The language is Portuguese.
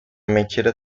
mentira